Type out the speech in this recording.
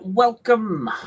Welcome